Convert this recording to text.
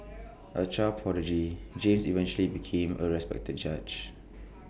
A child prodigy James eventually became A respected judge